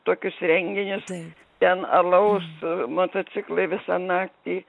tokius renginius ten alaus motociklai visąnaktį